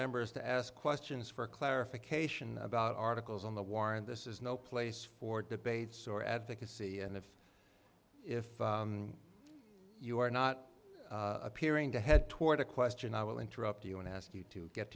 members to ask questions for clarification about articles on the war and this is no place for debates or advocacy and if if you are not appearing to head toward a question i will interrupt you and ask you to get